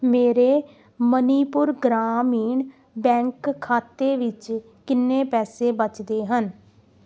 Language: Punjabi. ਮੇਰੇ ਮਨੀਪੁਰ ਗ੍ਰਾਮੀਣ ਬੈਂਕ ਖਾਤੇ ਵਿੱਚ ਕਿੰਨੇ ਪੈਸੇ ਬਚਦੇ ਹਨ